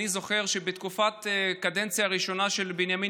אני זוכר שבתקופת הקדנציה הראשונה של בנימין